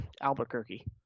Albuquerque